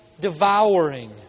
devouring